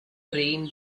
train